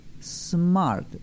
smart